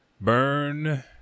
burn